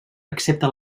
excepte